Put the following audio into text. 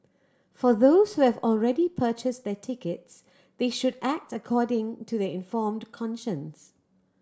for those who have already purchased their tickets they should act according to their informed conscience